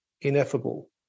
ineffable